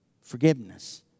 forgiveness